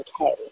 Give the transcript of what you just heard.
okay